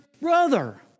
brother